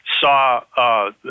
saw